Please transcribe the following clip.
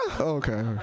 Okay